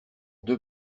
deux